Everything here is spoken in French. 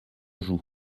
joue